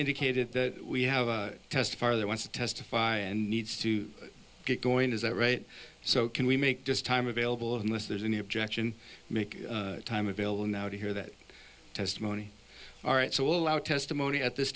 indicated that we have a test fire they want to testify and needs to get going is that right so can we make this time available unless there's any objection make time available now to hear that testimony all right so allow testimony at this